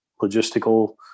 logistical